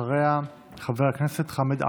ואחריה, חבר הכנסת חמד עמאר.